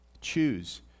Choose